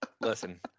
Listen